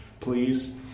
please